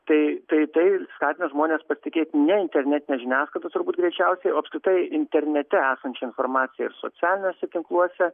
tai tai skatina žmones patikėti ne internetine žiniasklaida turbūt greičiausiai o apskritai internete esančia informacija ir socialiniuose tinkluose